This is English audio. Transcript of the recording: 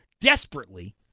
desperately